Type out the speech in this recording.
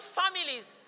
families